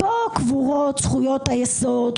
פה קבורות זכויות היסוד,